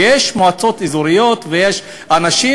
ויש מועצות אזוריות ויש אנשים,